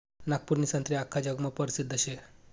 नागपूरनी संत्री आख्खा जगमा परसिद्ध शे